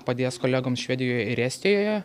padės kolegoms švedijoje ir estijoje